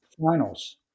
finals